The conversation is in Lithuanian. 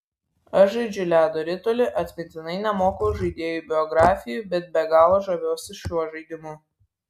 aš žaidžiu ledo ritulį atmintinai nemoku žaidėjų biografijų bet be galo žaviuosi šiuo žaidimu